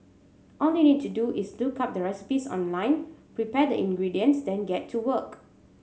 all you need to do is look up the recipes online prepare the ingredients then get to work